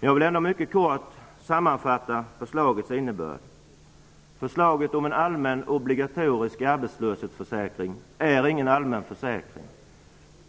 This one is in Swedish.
Men jag vill ändå mycket kort sammanfatta förslagets innebörd. Förslaget om en allmän obligatorisk arbetslöshetsförsäkring är ingen allmän försäkring.